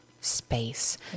space